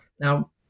Now